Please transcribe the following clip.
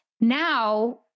Now